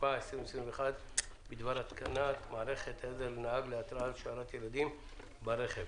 התשפ"א 2021 בדבר התקנת מערכת עזר לנהג להתרעה על השארת ילדים ברכב.